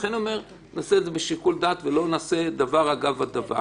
לכן נעשה את זה בשיקול דעת ולא דבר אגב דבר.